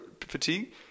fatigue